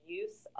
use